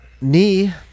Knee